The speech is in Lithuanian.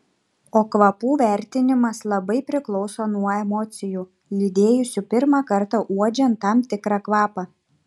o kvapų vertinimas labai priklauso nuo emocijų lydėjusių pirmą kartą uodžiant tam tikrą kvapą